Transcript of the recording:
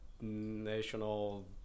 national